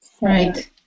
Right